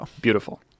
Beautiful